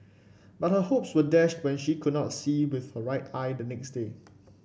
but her hopes were dashed when she could not see with her right eye the next day